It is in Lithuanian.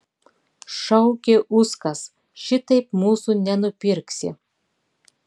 šaukė uskas šitaip mūsų nenupirksi